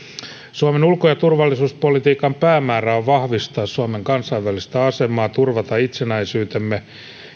suomen ulko ja turvallisuuspolitiikan päämäärä on vahvistaa suomen kansainvälistä asemaa turvata itsenäisyytemme